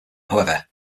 however